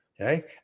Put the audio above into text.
okay